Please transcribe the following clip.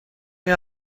این